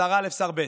שר א', שר ב',